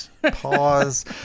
Pause